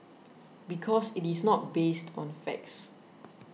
because it is not based on facts